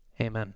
amen